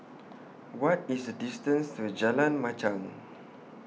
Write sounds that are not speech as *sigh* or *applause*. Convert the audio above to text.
What IS The distance to Jalan Machang *noise*